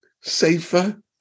safer